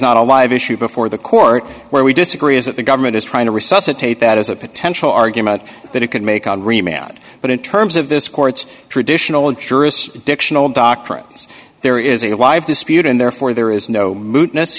not a live issue before the court where we disagree is that the government is trying to resuscitate that as a potential argument that it could make henri mad but in terms of this court's traditional jurists diction all doctrines there is a wife dispute and therefore there is no mootne